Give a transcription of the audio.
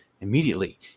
immediately